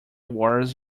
was